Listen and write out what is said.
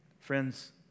Friends